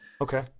Okay